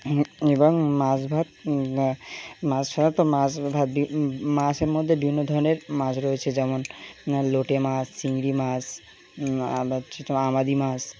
এবং মাছ ভাত মাছ ছাড়া তো মাছ ভাত মাছের মধ্যে বিভিন্ন ধরনের মাছ রয়েছে যেমন লুটে মাছ চিংড়ি মাছ আমাদের মাছ